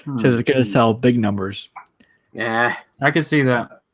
just gonna sell big numbers yeah i can see that